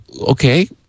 Okay